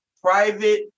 Private